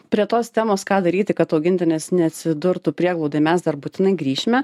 prie tos temos ką daryti kad augintinis neatsidurtų prieglaudoj mes dar būtinai grįšime